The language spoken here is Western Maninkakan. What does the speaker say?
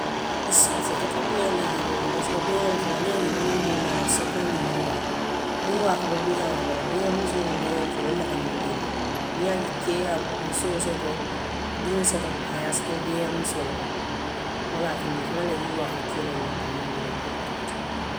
A soota beeyaŋolu fanaŋ na karoo la le parisek beyaŋolu fanaŋniŋ i ye a je i be ñoŋ deemaa la soto niŋ yiriwaa la, yiriwaa kabo baayaŋo le bala. Beeyanmusoo niŋ beeyankee wolu le ka ñoŋdeema niŋ i ye a je kee ye musoo, diŋo soto a ye a sotobeeyanmusoo le a, wo le ye a tinna i faŋ na yiriwaa ka ke wo le ti miŋ mu ila ñaatotaati.